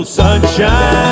sunshine